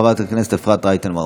חברת הכנסת אפרת רייטן מרום.